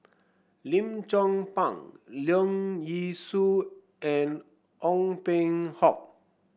Lim Chong Pang Leong Yee Soo and Ong Peng Hock